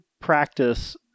practice